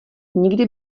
nikdy